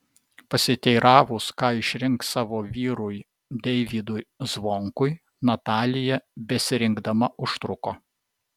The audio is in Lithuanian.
pasiteiravus ką išrinks savo vyrui deivydui zvonkui natalija besirinkdama užtruko